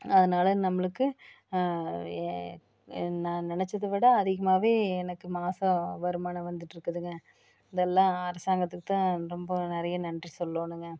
அதனால நம்மளுக்கு நான் நினைச்சத விட அதிகமாக எனக்கு மாதம் வருமானம் வந்துகிட்டு இருக்குதுங்க இதெல்லாம் அரசாங்கத்துக்கு தான் ரொம்ப நிறைய நன்றி சொல்லணுங்க